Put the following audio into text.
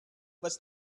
was